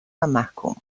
ومحکوم